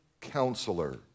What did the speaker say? Counselor